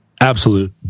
absolute